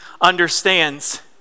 understands